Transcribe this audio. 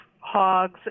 hogs